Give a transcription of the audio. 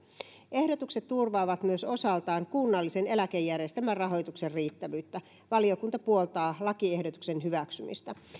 ehdotukset turvaavat myös osaltaan kunnallisen eläkejärjestelmän rahoituksen riittävyyttä valiokunta puoltaa lakiehdotuksen hyväksymistä